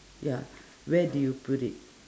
ya where do you put it